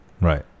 Right